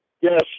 Yes